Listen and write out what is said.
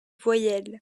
voyelles